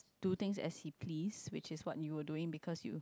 do thing eclipse which is what you will doing because you